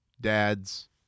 dad's